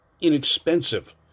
inexpensive